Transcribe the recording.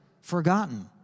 forgotten